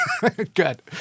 Good